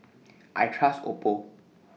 I Trust Oppo